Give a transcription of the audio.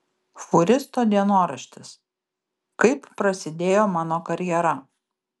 fūristo dienoraštis kaip prasidėjo mano karjera